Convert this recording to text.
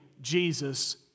Jesus